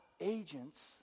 agents